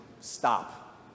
stop